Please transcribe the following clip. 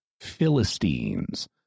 Philistines